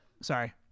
Sorry